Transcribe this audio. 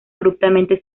abruptamente